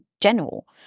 general